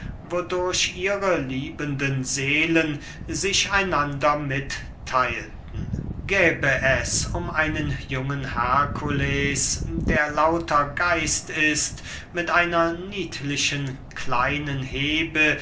wodurch ihre liebenden seelen sich einander mittheilten gäbe es um einen jungen herkules der lauter geist ist mit einer niedlichen kleinen hebe